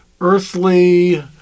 earthly